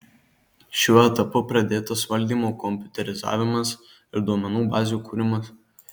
šiuo etapu pradėtas valdymo kompiuterizavimas ir duomenų bazių kūrimas